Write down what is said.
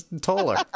Taller